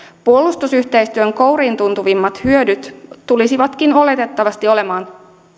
puolustusyhteistyön kouriintuntuvimmat hyödyt tulisivatkin oletettavasti olemaan